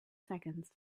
seconds